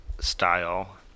style